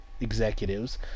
executives